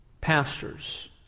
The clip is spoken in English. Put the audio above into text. pastors